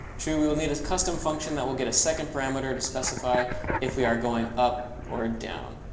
true, we will need a custom function that will get a second parameter to specify if we are going up or down?